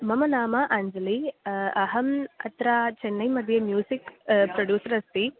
मम नाम अञ्जलि अहम् अत्र चेन्नैमध्ये म्यूसिक् प्रोडुसर् अस्मि